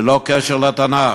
ללא קשר לתנ"ך.